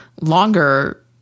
longer